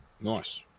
Nice